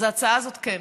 אז ההצעה הזאת, כן,